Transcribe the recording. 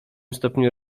stopniu